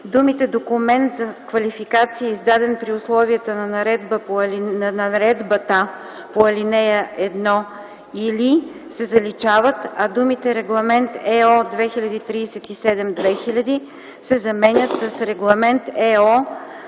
думите „документ за квалификация, издаден при условията на наредбата по ал. 1 или” се заличават, а думите „Регламент /ЕО/ № 2037/2000” се заменят с „Регламент /ЕО/